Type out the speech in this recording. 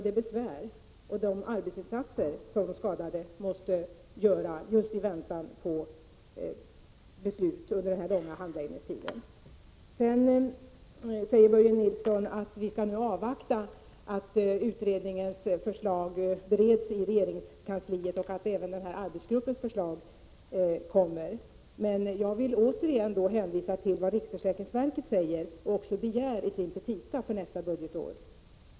De skadade måste göra en hel del arbetsinsatser i väntan på beslut under den långa handläggningstiden. Börje Nilsson säger att vi skall avvakta att utredningens förslag bereds i regeringskansliet och att även denna arbetsgrupps förslag läggs fram. Prot: 1986/87:51 Jag vill emellertid återigen hänvisa till vad riksförsäkringsverket säger och 17 december 1986 begär i sin petita för nästa budgetår.